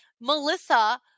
Melissa